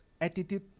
Attitude